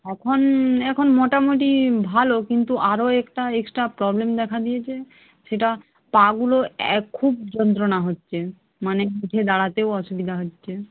এখন এখন মোটামোটি ভালো কিন্তু আরও একটা এক্সট্রা প্রবলেম দেখা দিয়েছে সেটা পাগুলো খুব যন্ত্রণা হচ্ছে মানে উঠে দাঁড়াতেও অসুবিধা হচ্ছে